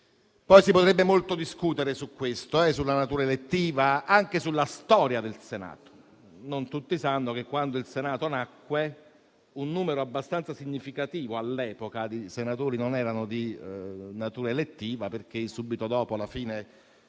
Si potrebbe molto discutere su questo, sulla natura elettiva e anche sulla storia del Senato: non tutti sanno che, quando il Senato nacque, un numero abbastanza significativo dei senatori all'epoca non era di natura elettiva, perché subito dopo la fine